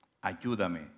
ayúdame